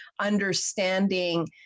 understanding